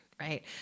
right